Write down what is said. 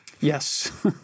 Yes